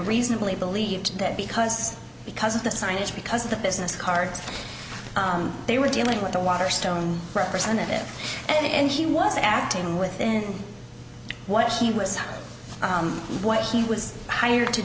reasonably believed that because because of the signage because of the business cards they were dealing with the waterstone's representative and he was acting within what he was what he was hired to